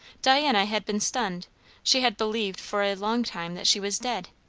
diana had been stunned she had believed for a long time that she was dead,